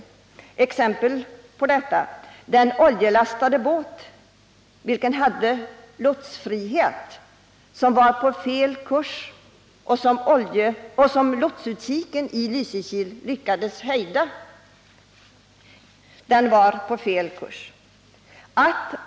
Ett exempel: Lotsutkiken i Lysekillyckades hejda en oljelastad båt som hade lotsfrihet och som var på fel kurs.